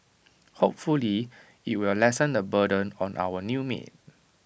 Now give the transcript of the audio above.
hopefully IT will lessen the burden on our new maid